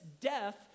death